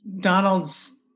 Donald's